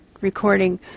recording